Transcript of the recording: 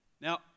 Now